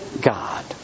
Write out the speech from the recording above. God